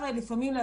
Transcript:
שניהם,